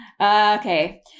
Okay